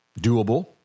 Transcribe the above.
doable